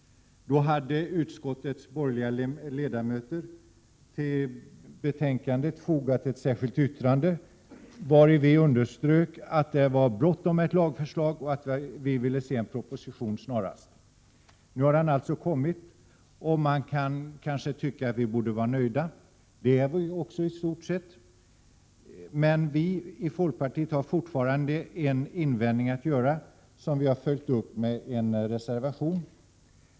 Då hade vi borgerliga ledamöter i utskottet till betänkandet fogat ett särskilt yttrande, vari vi underströk att det var bråttom med ett lagförslag och att vi snarast ville se en proposition. Nu har propositionen alltså kommit, och man kan kanske tycka att vi borde vara nöjda. Det är vi i stort sett också. Men vi i folkpartiet har fortfarande en invändning att göra, som vi har följt upp med en reservation.